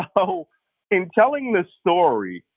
ah but so in telling the story,